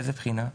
מאיזו בחינה?